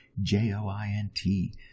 J-O-I-N-T